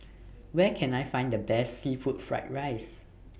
Where Can I Find The Best Seafood Fried Rice